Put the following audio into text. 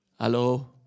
Hello